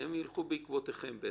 שילכו בעקבותיכם.